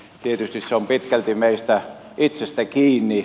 tietysti se on pitkälti meistä itsestä kiinni